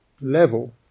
level